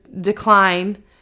decline